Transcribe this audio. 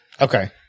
Okay